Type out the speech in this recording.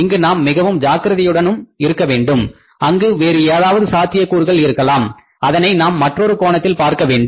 இங்கு நாம் மிகவும் ஜாக்கிரதையுடன் இருக்கவேண்டும் அங்கு வேறு ஏதாவது சாத்தியக் கூறுகள் இருக்கலாம் அதனை நாம் மற்றொரு கோணத்தில் பார்க்க வேண்டும்